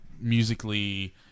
musically